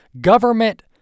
government